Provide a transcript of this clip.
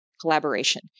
Collaboration